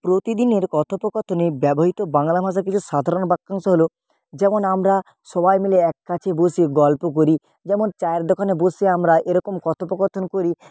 প্রতিদিনের কথোপকথনে ব্যবহৃত বাংলা ভাষার কিছু সাধারণ বাক্যাংশ হল যেমন আমরা সবাই মিলে এক কাছে বসে গল্প করি যেমন চায়ের দোকানে বসে আমরা এরকম কথোপকথন করি